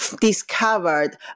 discovered